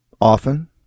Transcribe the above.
often